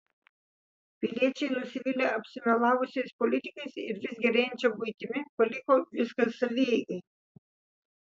piliečiai nusivylę apsimelavusiais politikais ir vis gerėjančia buitimi paliko viską savieigai